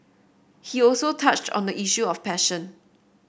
he also touched on the issue of passion